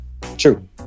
True